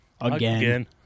again